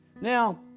Now